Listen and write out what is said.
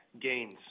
gains